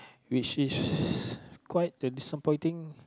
which is quite the disappointing